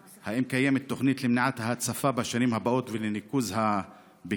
2. האם קיימת תוכנית למניעת ההצפה בשנים הבאות ולניקוז הבקעה?